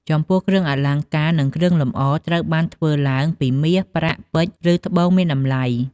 ចំពោះ គ្រឿងអលង្ការ និងគ្រឿងលម្អត្រូវបានធ្វើឡើងពីមាសប្រាក់ ពេជ្រ ឬត្បូងមានតម្លៃ។